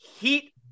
Heat